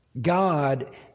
God